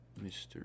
Mr